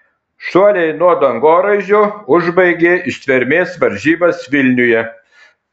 šuoliai nuo dangoraižio užbaigė ištvermės varžybas vilniuje